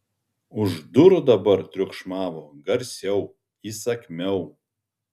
už durų dabar triukšmavo garsiau įsakmiau